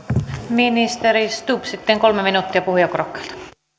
ministeri stubb sitten kolme minuuttia puhujakorokkeelta